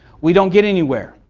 we don't get anywhere,